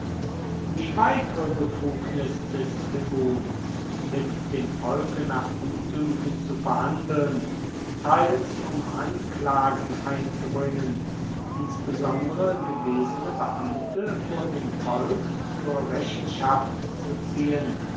die weitere befugnis des tribuns mit dem volke nach gutdünken zu verhandeln teils um anklagen einzubringen insbesondere gewesene beamte vor dem volk zur rechenschaft zu ziehen